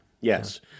Yes